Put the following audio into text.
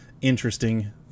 interesting